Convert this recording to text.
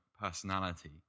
personality